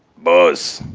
boss,